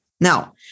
Now